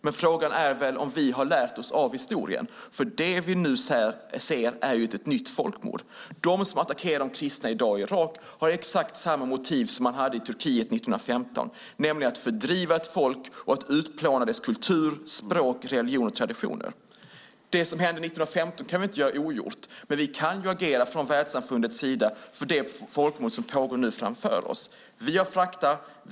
Men frågan är väl om vi har lärt oss av historien, för det vi nu ser är ett nytt folkmord. De som attackerar de kristna i Irak i dag har exakt samma motiv som man hade i Turkiet 1915, nämligen att fördriva ett folk och utplåna dess kultur, språk, religion och traditioner. Det som hände 1915 kan vi inte göra ogjort, men vi kan agera från världssamfundets sida mot det folkmord som pågår nu. Vi har fakta.